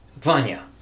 Vanya